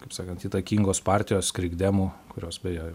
kaip sakant įtakingos partijos krikdemų kurios beje